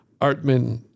Artman